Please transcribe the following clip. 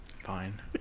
Fine